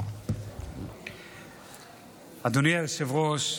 אדוני היושב-ראש,